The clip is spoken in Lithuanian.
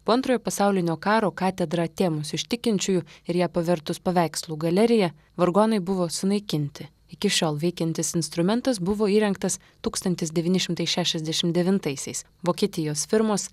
po antrojo pasaulinio karo katedrą atėmus iš tikinčiųjų ir ją pavertus paveikslų galerija vargonai buvo sunaikinti iki šiol veikiantis instrumentas buvo įrengtas tūkstantis devyni šimtai šešiasdešim devintaisiais vokietijos firmos